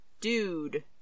dude